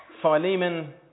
Philemon